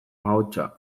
ahotsa